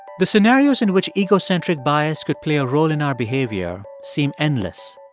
the scenarios in which egocentric bias could play a role in our behavior seem endless.